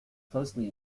closely